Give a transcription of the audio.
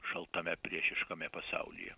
šaltame priešiškame pasaulyje